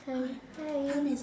time hi